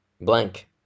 blank